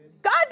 God